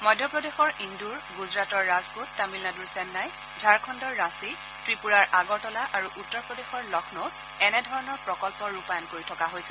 মধ্যপ্ৰদেশৰ ইণ্ডোৰ গুজৰাটৰ ৰাজকোট তামিলনাডুৰ চেন্নাই ঝাৰখণ্ডৰ ৰাঁচী ত্ৰিপুৰাৰ আগৰতলা আৰু উত্তৰ প্ৰদেশৰ লক্ষ্ণীত এনেধৰণৰ প্ৰকল্প ৰূপায়ণ কৰি থকা হৈছে